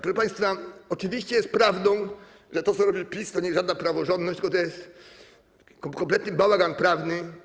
Proszę państwa, oczywiście jest prawdą, że to, co robi PiS, to nie żadna praworządność, tylko kompletny bałagan prawny.